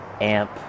amp